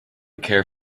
care